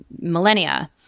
millennia